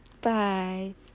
Bye